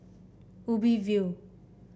Ubi View